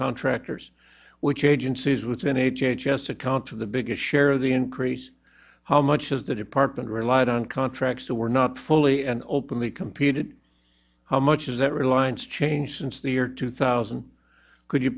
contractors which agencies within h h s account to the biggest share of the increase how much has the department relied on contracts that were not fully and openly competed how much has that reliance changed since the year two thousand could you